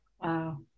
Wow